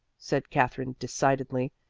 said katherine decidedly,